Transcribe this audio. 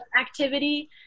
activity